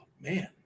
man